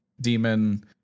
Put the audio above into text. demon